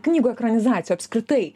knygų ekranizacijų apskritai